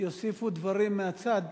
יוסיפו דברים מהצד